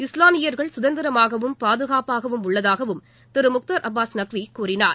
இஸ்லாமியர்கள் சுதந்திரமாகவும் பாதுகாப்பாகவும் உள்ளதாகவும் திரு முக்தார் அப்பாஸ் நக்வி கூறினார்